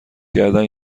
کردن